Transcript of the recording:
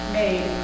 made